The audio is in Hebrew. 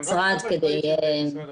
בהחלטה 2017 יש שלושה מרכיבים שהשילוב ביניהם,